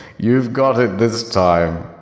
you've got it this time!